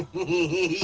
you